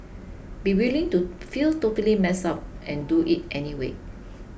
be willing to feel totally messed up and do it anyway